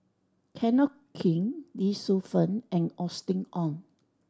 Kenneth Keng Lee Shu Fen and Austen Ong